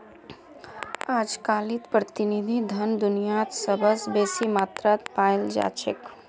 अजकालित प्रतिनिधि धन दुनियात सबस बेसी मात्रात पायाल जा छेक